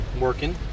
working